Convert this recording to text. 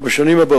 לציין כי כל שנה,